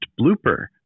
blooper